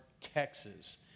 Texas